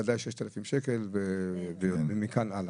בוודאי 6,000 שקל ומכאן הלאה.